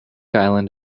island